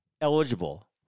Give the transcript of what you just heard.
eligible